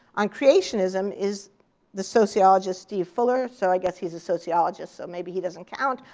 on creationism, is the sociologist steve fuller. so i guess he's a sociologist. so maybe he doesn't count.